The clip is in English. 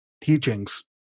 teachings